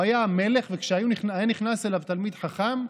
הוא היה המלך, וכשהיה נכנס אליו תלמיד חכם,